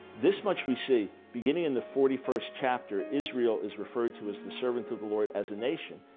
this much we see beginning in the forty first chapter, israel is referred to as the servant of the lord, as a nation,